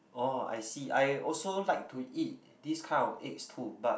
oh I see I also like to eat this kind of eggs too but